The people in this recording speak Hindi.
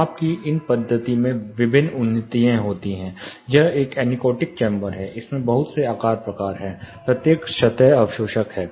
माप की इन पद्धति में विभिन्न उन्नतिएं होती हैं यह एक एनीकोटिक चेंबर है इसमें बहुत से आकार प्रकार हैं प्रत्येक सतह अवशोषक है